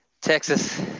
Texas